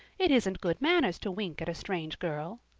it isn't good manners to wink at a strange girl.